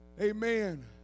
Amen